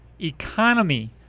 economy